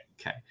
Okay